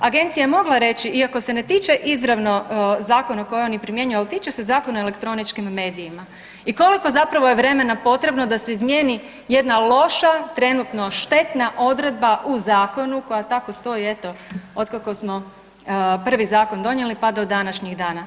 Agencija je mogla reći iako se ne tiče izravno zakona koji oni primjenjuju, ali tiče se Zakona o elektroničkim medijima i koliko zapravo je vremena potrebno da se izmijeni jedna loša trenutno štetna odredba u zakonu koja tako stoji eto od kako smo prvi zakon donijeli pa do današnjih dana.